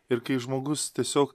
ir kai žmogus tiesiog